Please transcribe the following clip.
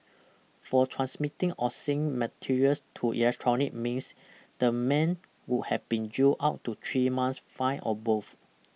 for transmitting obscene material through electronic means the man would have been jailed up to three months fined or both